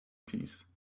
peace